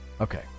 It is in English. Okay